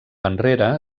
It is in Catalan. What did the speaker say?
enrere